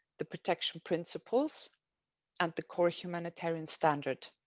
the protection principles and the core humanitarian standard.